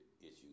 issues